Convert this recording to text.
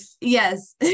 Yes